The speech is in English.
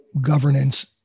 governance